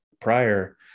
prior